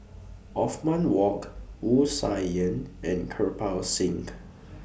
Othman walked Wu Tsai Yen and Kirpal Singh